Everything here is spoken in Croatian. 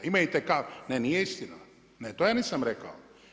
Ima itekako, ne nije istina, ne to ja nisam rekao.